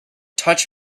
touch